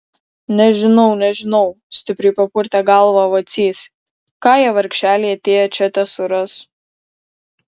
nežinau nežinau stipriai papurtė galvą vacys ką jie vargšeliai atėję čia tesuras